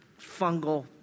fungal